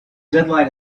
deadline